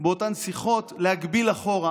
באותן שיחות להגביל אחורה.